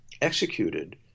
executed